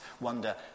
wonder